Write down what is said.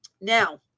Now